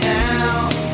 now